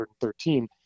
113